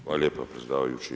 Hvala lijepa predsjedavajući.